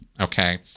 okay